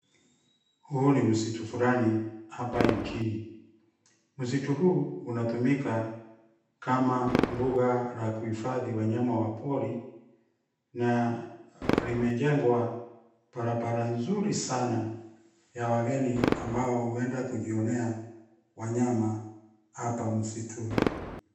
Huu ni msitu fulani hapa nchini. Msitu huu unatumika kama mbuga la kuhifadhi wanyama wa pori na limejengwa barabara nzuri sana ya wageni ambao huenda kujionea wanyama hapa msituni.